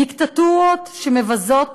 דיקטטורות שמבזות